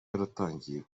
yaratangiye